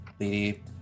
Lady